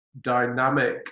dynamic